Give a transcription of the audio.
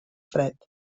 fred